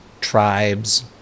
tribes